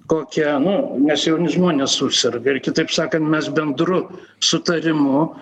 kokia nu nes jauni žmonės suserga ir kitaip sakant mes bendru sutarimu